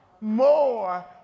more